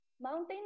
mountain